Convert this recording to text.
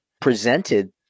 presented